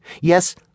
yes